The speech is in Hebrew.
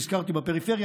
הזכרתי בפריפריה,